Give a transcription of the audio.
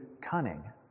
cunning